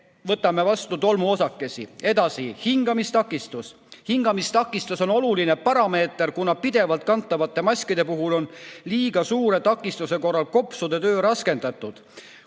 võtame vastu tolmuosakesi. Edasi, hingamistakistus. Hingamistakistus on oluline parameeter, kuna pidevalt kantavate maskide puhul on liiga suure takistuse korral kopsude töö raskendatud,